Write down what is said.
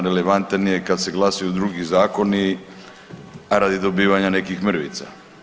Relevantan je kad se glasuju drugi zakoni radi dobivanja nekih mrvica.